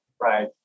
right